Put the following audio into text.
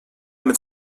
mit